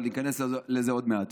אבל ניכנס לזה עוד מעט.